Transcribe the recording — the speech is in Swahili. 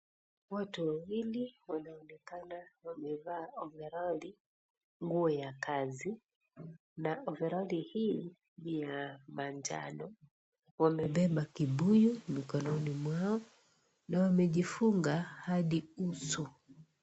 Watu wawili wanaonekana wamevaa overali, nguo ya kazi na overali hii ni ya manjano. Wamebeba kibuyu mikononi mwao na wamejifunga hadi uso.